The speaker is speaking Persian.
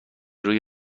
روی